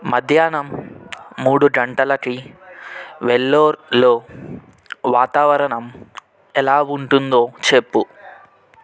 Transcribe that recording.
మధ్యాహ్నం మూడు గంటలకి వెల్లొర్లో వాతావరణం ఎలా ఉంటుందో చెప్పు